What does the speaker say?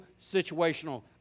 situational